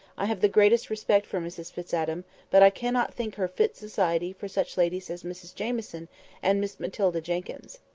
i have the greatest respect for mrs fitz-adam but i cannot think her fit society for such ladies as mrs jamieson and miss matilda jenkyns.